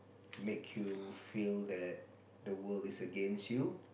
make you feel that the world is against you